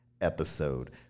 episode